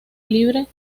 libre